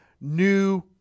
new –